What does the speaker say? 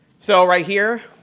so right here,